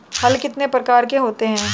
हल कितने प्रकार के होते हैं?